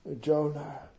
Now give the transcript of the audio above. Jonah